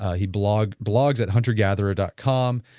he blogs blogs at huntergatherer dot com.